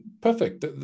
perfect